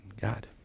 God